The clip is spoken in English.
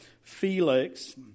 Felix